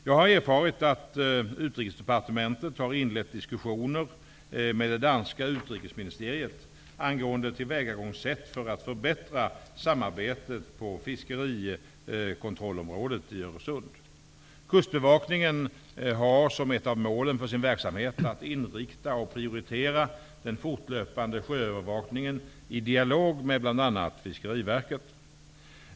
Jag har erfarit att Utrikesdepartementet har inlett diskussioner med det danska utrikesministeriet angående tillvägagångssätt för att förbättra samarbetet på fiskerikontrollområdet i Öresund. Kustbevakningen har som ett av målen för sin verksamhet att inrikta och prioritera den fortlöpande sjöövervakningen i dialog med bl.a. Fiskeriverket.